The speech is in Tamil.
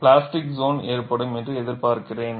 பிளாஸ்டிக் சோன் ஏற்படும் என்று நீங்கள் எதிர்பார்க்கிறீர்கள்